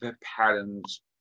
patterns